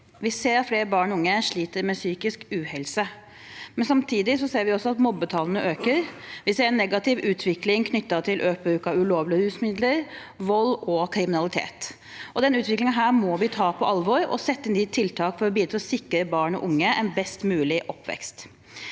Vi ser at flere barn og unge sliter med psykisk uhelse. Samtidig ser vi også at mobbetallene øker, og vi ser en negativ utvikling knyttet til økt bruk av ulovlige rusmidler, vold og kriminalitet. Denne utviklingen må vi ta på alvor, og vi må sette inn tiltak for å bidra til å sikre barn og unge en best mulig oppvekst.